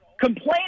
complain